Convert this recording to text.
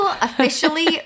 officially